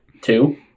Two